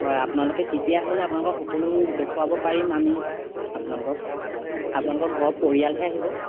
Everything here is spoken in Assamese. হয় আপোনালোকে তেতিয়া আহিলে আপোনালোকক সকলো দেখুৱাব পাৰিম আমি আপোনালোকক আপোনালোকৰ ঘৰৰ পৰিয়ালহে আহিব